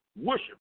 worship